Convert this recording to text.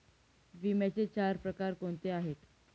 विम्याचे चार प्रकार कोणते आहेत?